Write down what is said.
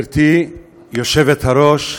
גברתי היושבת-ראש,